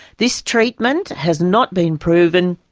this treatment has not been proven,